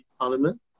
parliament